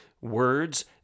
Words